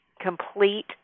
complete